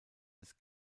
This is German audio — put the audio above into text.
des